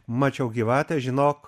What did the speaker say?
mačiau gyvatę žinok